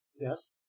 yes